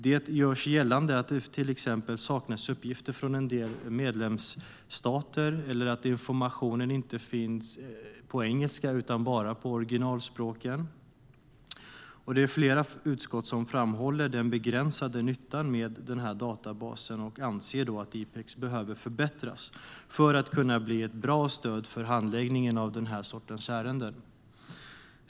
Det görs gällande att det till exempel saknas uppgifter från en del medlemsstater eller att informationen inte finns på engelska utan bara på originalspråken. Det är flera utskott som framhåller den begränsade nyttan med den här databasen och anser att IPEX behöver förbättras för att kunna bli ett bra stöd för handläggningen av den här sortens ärenden.